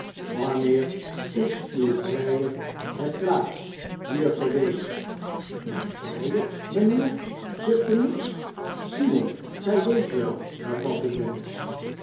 swanneer is uw vrijer het laatst hier geweest mijn vrijer mijnheer zuchtte miggs simon gij wept wel hervatte dennis